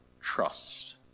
trust